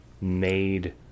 made